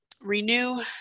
renew